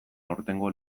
aurtengo